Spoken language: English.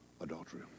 adultery